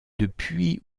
depuis